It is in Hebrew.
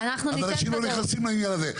אז אנשים לא נכנסים לעניין הזה.